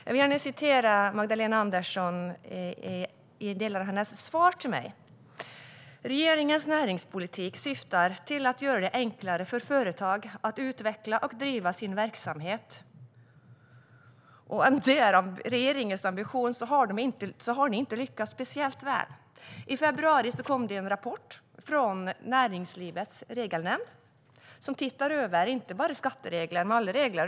Jag vill gärna citera delar av Magdalena Anderssons svar till mig: "Regeringens näringspolitik syftar till att göra det enklare för företag att utveckla och driva sin verksamhet." Om det är regeringens ambition har ni inte lyckats speciellt väl. I februari kom en rapport från Näringslivets Regelnämnd, som ser över inte bara skatteregler utan alla regler.